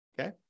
Okay